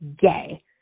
gay